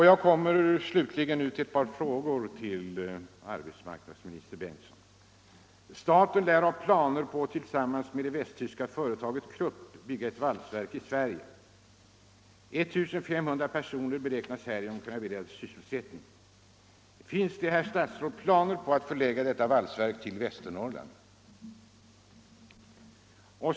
Jag vill slutligen ställa ett par frågor till arbetsmarknadsministern. Staten lär ha planer på att tillsammans med det västtyska företaget Krupp bygga ett valsverk i Sverige. 1 500 personer beräknas härigenom kunna beredas sysselsättning. Finns det, herr statsråd, planer på att förlägga detta valsverk till Västernorrland?